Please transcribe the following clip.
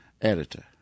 editor